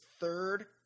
third